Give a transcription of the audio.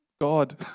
God